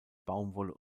baumwolle